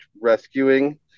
rescuing